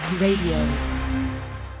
Radio